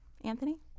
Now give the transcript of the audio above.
Anthony